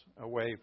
away